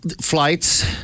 Flights